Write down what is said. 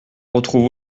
retrouve